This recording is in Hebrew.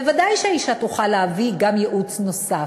ודאי שהאישה תוכל להביא גם ייעוץ נוסף.